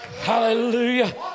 Hallelujah